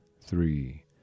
three